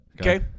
Okay